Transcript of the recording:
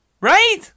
Right